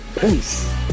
peace